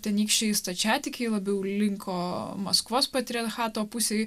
tenykščiai stačiatikiai labiau linko maskvos patriarchato pusei